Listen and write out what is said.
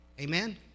Amen